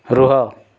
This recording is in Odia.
ରୁହ